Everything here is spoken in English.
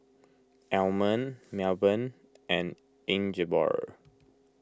Almond Melbourne and Ingeborg